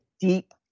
deep